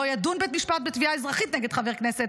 ידון בית משפט בתביעה אזרחית נגד חבר כנסת,